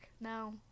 No